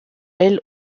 elle